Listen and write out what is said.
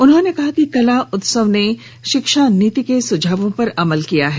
उन्होंने कहा कि कला उत्सव ने शिक्षा नीति के सुझावों पर अमल किया है